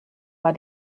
war